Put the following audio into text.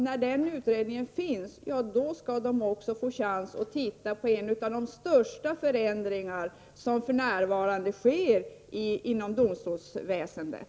När en utredning finns tycker jag att den också skall få chans att titta på en av de största förändringar som för närvarande sker inom domstolsväsendet.